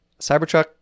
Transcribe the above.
Cybertruck